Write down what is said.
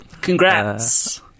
Congrats